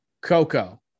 Coco